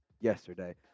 yesterday